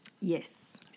Yes